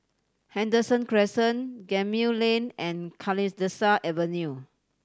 Henderson Crescent Gemmill Lane and Kalidasa Avenue